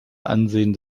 ansehen